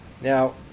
Now